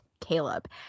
Caleb